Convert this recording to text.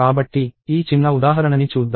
కాబట్టి ఈ చిన్న ఉదాహరణని చూద్దాం